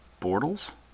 Bortles